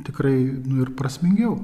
tikrai nu ir prasmingiau